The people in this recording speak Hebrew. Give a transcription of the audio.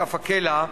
בכף הקלע,